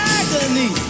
agony